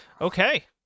Okay